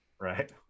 right